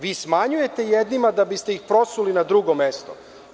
Vi smanjujete jednima da biste prosuli na drugo mesto.